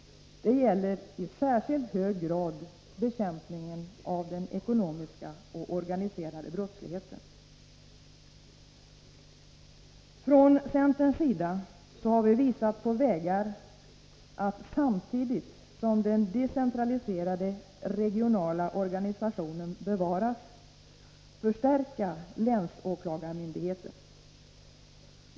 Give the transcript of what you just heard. Det gäller i särskilt hög grad bekämpningen av den ekonomiska och organiserade brottsligheten. Från centerns sida har vi visat på vägar att samtidigt som den decentraliserade regionala organisationen bevaras förstärka länsåklagarmyndigheten.